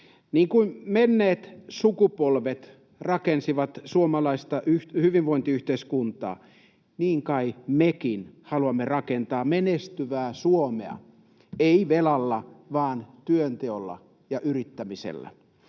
Kuten menneet sukupolvet rakensivat suomalaista hyvinvointiyhteiskuntaa niin kai mekin haluamme rakentaa menestyvää Suomea — emme velalla vaan työnteolla ja yrittämisellä.